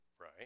Right